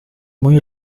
muy